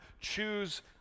choose